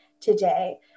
today